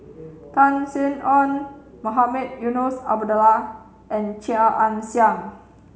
Tan Sin Aun Mohamed Eunos Abdullah and Chia Ann Siang